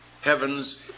heavens